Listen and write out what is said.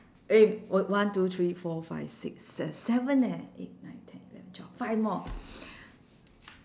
eh one two three four five six se~ seven eh eight nine ten eleven twelve five more